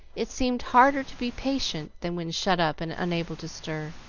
it seemed harder to be patient than when shut up and unable to stir.